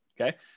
Okay